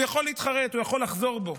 הוא יכול להתחרט, הוא יכול לחזור בו,